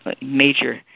major